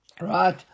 Right